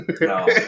No